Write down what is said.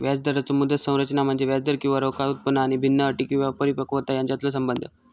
व्याजदराचो मुदत संरचना म्हणजे व्याजदर किंवा रोखा उत्पन्न आणि भिन्न अटी किंवा परिपक्वता यांच्यातलो संबंध